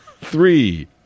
Three